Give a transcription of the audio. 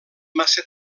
massa